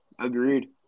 Agreed